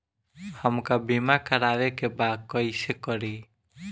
हमका बीमा करावे के बा कईसे करी?